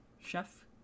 Chef